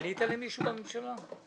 פנית למישהו בממשלה?